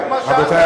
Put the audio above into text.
רבותי,